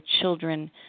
children